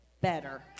better